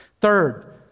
Third